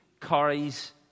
carries